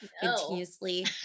continuously